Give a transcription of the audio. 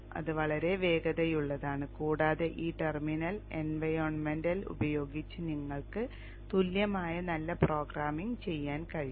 ഇത് വളരെ വേഗതയുള്ളതാണ് കൂടാതെ ഈ ടെർമിനൽ എൻവയോൺമെന്റ് ഉപയോഗിച്ച് നിങ്ങൾക്ക് തുല്യമായ നല്ല പ്രോഗ്രാമിംഗ് ചെയ്യാൻ കഴിയും